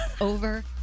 over